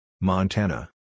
Montana